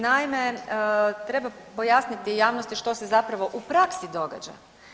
Naime, treba pojasniti javnosti što se zapravo u praksi događa.